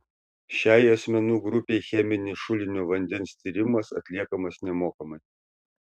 šiai asmenų grupei cheminis šulinio vandens tyrimas atliekamas nemokamai